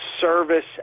service